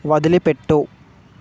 వదిలిపెట్టు